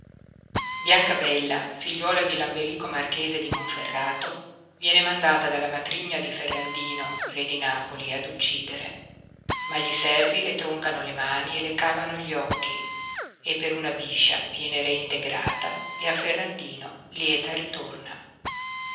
e biancabella figliuola di lamberico marchese di monferrato viene mandata dalla matrigna di ferrandino re di napoli ad uccjdere ma gli servi le troncano le mani e le cavano gli occhi e per una biscia viene reintegrata e a ferrandino lieta ritorna